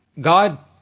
God